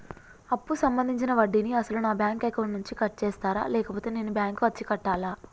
అప్పు సంబంధించిన వడ్డీని అసలు నా బ్యాంక్ అకౌంట్ నుంచి కట్ చేస్తారా లేకపోతే నేను బ్యాంకు వచ్చి కట్టాలా?